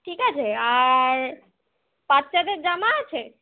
ঠিক আছে আর বাচ্চাদের জামা আছে